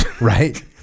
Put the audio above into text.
right